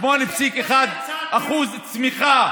8.1% צמיחה.